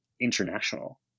international